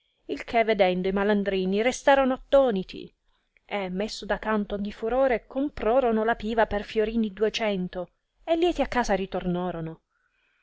il che vedendo i malandrini restarono attoniti e messo da canto ogni furore comprorono la piva per fiorini duecento e lieti a casa ritornorono